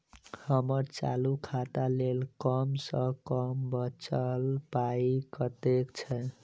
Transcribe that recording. हम्मर चालू खाता लेल कम सँ कम बचल पाइ कतेक छै?